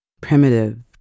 Primitive